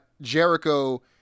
Jericho